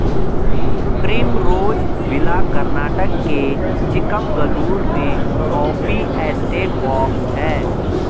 Primrose Villa Karnataka के चिकमगलूर में coffee estate walk हैं